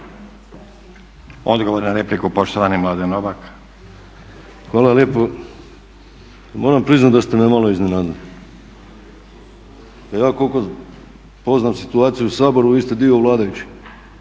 Odgovor na repliku poštovani Mladen Novak. **Novak, Mladen (ORaH)** Moram priznati da ste me malo iznenadili. Ja koliko poznajem situaciju u Saboru vi ste dio vladajućih.